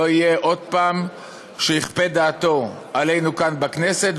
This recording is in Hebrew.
לא יהיה עוד פעם זה שיכפה את דעתו עלינו כאן בכנסת,